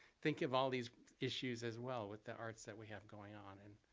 think of all these issues as well, with the arts that we have going on and